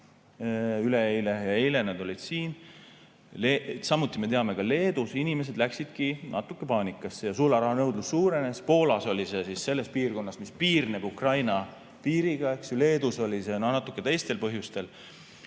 üleeile ja eile nad olid siin. Samuti me teame, et ka Leedus inimesed läksidki natuke paanikasse ja sularahanõudlus suurenes. Poolas oli see selles piirkonnas, mis piirneb Ukraina piiriga, eks ju. Leedus oli see natuke teistel põhjustel.